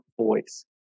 voice